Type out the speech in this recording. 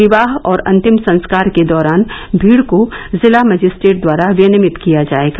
विवाह और अंतिम संस्कार के दौरान भीड़ को जिला मजिस्ट्रेट द्वारा विनियमित किया जाएगा